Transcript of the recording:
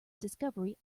discovery